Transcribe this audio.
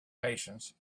patience